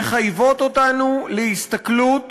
מחייבות אותנו להסתכלות